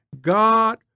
God